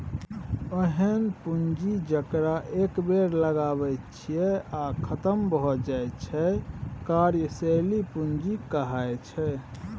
ओहेन पुंजी जकरा एक बेर लगाबैत छियै आ खतम भए जाइत छै कार्यशील पूंजी कहाइ छै